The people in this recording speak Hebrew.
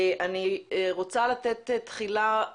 צריך להתנהל פה תהליך של שקיפות,